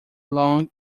long